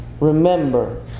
Remember